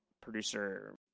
producer